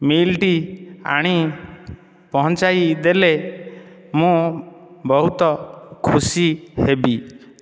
ମିଲ୍ଟି ଆଣି ପହଞ୍ଚାଇଦେଲେ ମୁଁ ବହୁତ ଖୁସି ହେବି